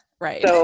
Right